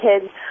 kids